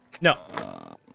No